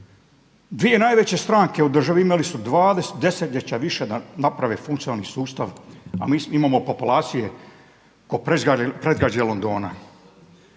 Dvije najveće stranke u državi imali su 2 desetljeća više da naprave funkcionalni sustav, a mi imamo populacije ko predgrađe Londona.